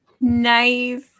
nice